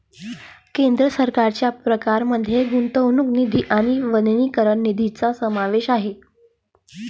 केंद्र सरकारच्या प्रकारांमध्ये गुंतवणूक निधी आणि वनीकरण निधीचा समावेश आहे